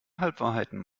halbwahrheiten